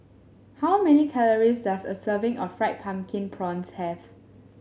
how many calories does a serving of Fried Pumpkin Prawns have